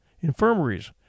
infirmaries